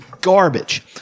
garbage